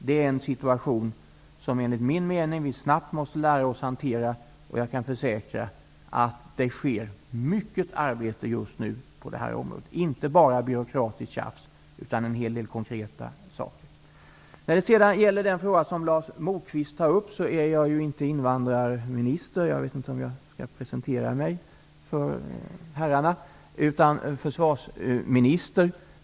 Det är en situation som vi enligt min mening snabbt måste lära oss att hantera. Jag kan försäkra att det sker mycket arbete just nu på det här området. Det är inte bara byråkratiskt tjafs, utan det sker en hel del konkret. Lars Moquist tog upp en fråga. Men jag är inte invandrarminister -- jag vet inte om jag skall presentera mig för herrarna -- utan försvarsminister.